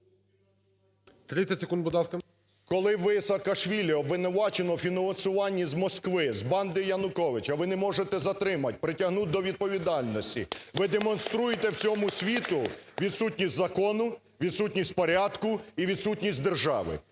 коли ви Саакашвілі, обвинуваченого в фінансуванні з Москви, з банди Януковича, ви не можете затримати, притягнути до відповідальності, ви демонструєте всьому світу відсутність закону, відсутність порядку і відсутність держави.